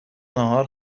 نهار